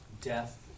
death